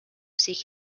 sich